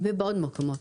ובעוד מקומות,